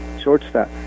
shortstop